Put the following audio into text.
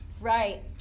Right